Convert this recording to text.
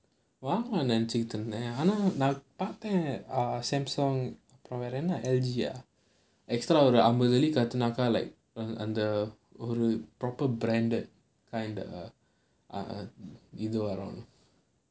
!wow! நான் நினைச்சிட்டு இருந்தேன் நான் பார்த்ததுல:naan ninaichittu irunthaen naan paarthathula Samsung அப்புறம் வேற என்ன:appuram vera enna L_G ah ஒரு அம்பது வாட்டி கத்துனாக்கா:oru ambathu vaati kathunaakka like அந்த ஒரு:antha oru proper branded kind of uh